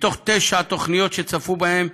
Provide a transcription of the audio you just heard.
מתוך תשע תוכניות שצפו בהן,